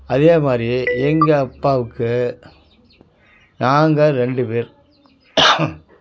அதேமாதிரி எங்கள் அப்பாவுக்கு நாங்கள் ரெண்டு பேர்